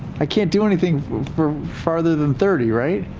i can't do anything from farther than thirty, right?